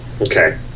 Okay